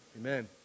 Amen